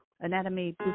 Anatomy